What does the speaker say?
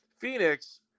Phoenix